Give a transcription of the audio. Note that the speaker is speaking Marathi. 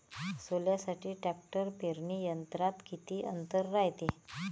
सोल्यासाठी ट्रॅक्टर पेरणी यंत्रात किती अंतर रायते?